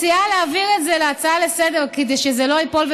כשרת משפטים,